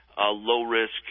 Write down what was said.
low-risk